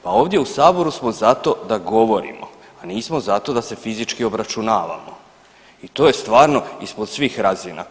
Pa ovdje u Saboru smo zato da govorimo, a nismo zato da se fizički obračunavamo i to je stvarno ispod svih razina.